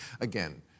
Again